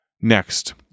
Next